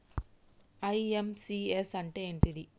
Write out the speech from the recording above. IMPS అంటే ఏంటిది?